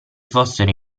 fossero